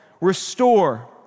restore